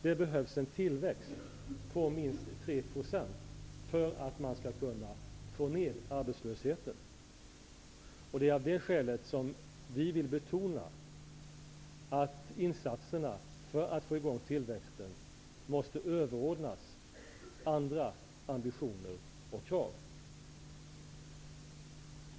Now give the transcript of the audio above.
Det behövs en tillväxt på minst 3 % för att vi skall få ned arbetslösheten. Det är av det skälet som vi vill betona att insatserna för att få i gång tillväxten måste överordnas andra ambitioner och krav.